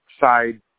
side